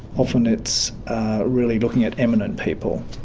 often it's really looking at eminent people.